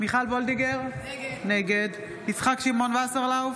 מיכל מרים וולדיגר, נגד יצחק שמעון וסרלאוף,